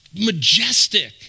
majestic